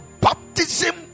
baptism